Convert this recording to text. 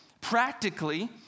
Practically